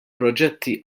proġetti